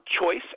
choice